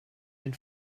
den